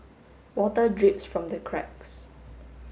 water drips from the cracks